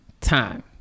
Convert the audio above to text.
time